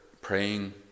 praying